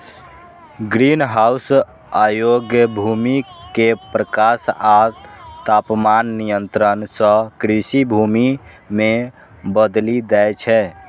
greenhouse अयोग्य भूमि कें प्रकाश आ तापमान नियंत्रण सं कृषि भूमि मे बदलि दै छै